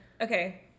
Okay